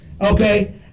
Okay